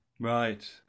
right